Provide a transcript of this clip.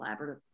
collaborative